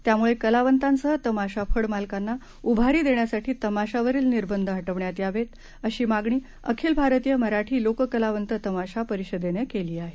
त्यामुळे कलावंतांसह तमाशा फड मालकांना उभारी देण्यासाठी तमाशांवरील निर्बंध हटवण्यात यावे अशी मागणी अखिल भारतीय मराठी लोककलावंत तमाशा परिषदेने केली आहे